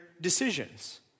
decisions